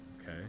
okay